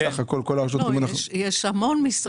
יש המון משרדי ממשלה.